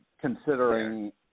Considering